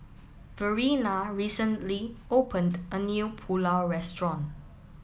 Verena recently opened a new Pulao restaurant